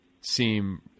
seem